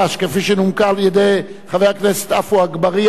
כפי שנומקה על-ידי חבר הכנסת עפו אגבאריה,